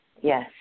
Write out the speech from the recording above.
Yes